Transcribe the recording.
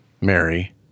Mary